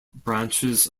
branches